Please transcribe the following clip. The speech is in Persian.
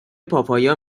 پاپایا